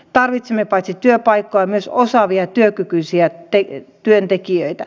tarvitsemme paitsi työpaikkoja myös osaavia työkykyisiä peitti työntekijöitä